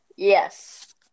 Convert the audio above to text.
Yes